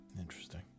Interesting